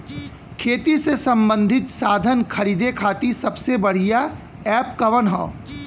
खेती से सबंधित साधन खरीदे खाती सबसे बढ़ियां एप कवन ह?